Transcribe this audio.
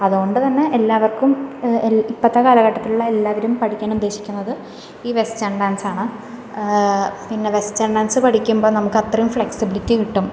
അതോണ്ടുതന്നെ എല്ലാവർക്കും ഇപ്പോഴത്തെ കാലഘട്ടത്തിലുള്ള എല്ലാവരും പഠിക്കാൻ ഉദ്ദേശിക്കുന്നത് ഈ വെസ്റ്റേൺ ഡാൻസാണ് പിന്നെ വെസ്റ്റേൺ ഡാൻസ് പഠിക്കുമ്പം നമുക്കത്രേം ഫ്ലെക്സിബിളിറ്റി കിട്ടും